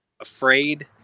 afraid